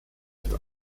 ist